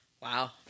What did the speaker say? Wow